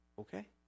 Okay